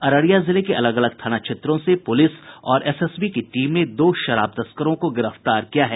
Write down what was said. अररिया जिले के अलग अलग थाना क्षेत्रों से पुलिस और एसएसबी की टीम ने दो शराब तस्करों को गिरफ्तार किया है